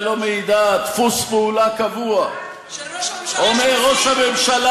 תמיד כשראש הממשלה מופיע ואומר משהו,